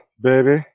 baby